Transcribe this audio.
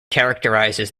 characterizes